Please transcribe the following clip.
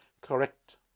correct